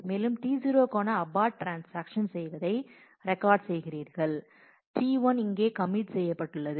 மேலும் T0 க்கான abort transaction செய்வதை ரெக்கார்டு செய்கிறீர்கள் T1 இங்கே கமிட் செய்யப்பட்டுள்ளது